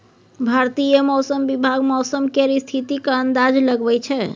भारतीय मौसम विभाग मौसम केर स्थितिक अंदाज लगबै छै